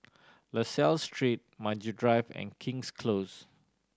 La Salle Street Maju Drive and King's Close